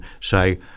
say